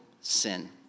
sin